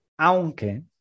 aunque